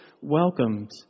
welcomed